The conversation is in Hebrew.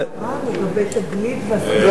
אפשר הערה לגבי "תגלית" ?